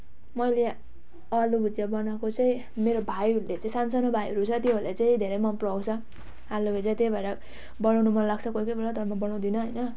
मैले आलु भुजिया बनाएको चाहिँ मेरो भाइहरूले चाहिँ सान् सानो भाइहरू छ त्योहरूले चाहिँ धेरै मन पराउँछ आलु भुजिया त्यही भएर बनाउनु मन लाग्छ कोही कोही बेला तर म बनाउँदिन हैन